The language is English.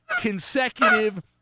consecutive